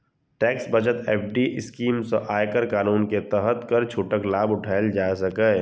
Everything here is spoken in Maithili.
टैक्स बचत एफ.डी स्कीम सं आयकर कानून के तहत कर छूटक लाभ उठाएल जा सकैए